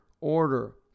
order